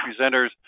presenters